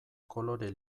kolore